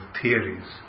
theories